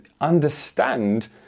Understand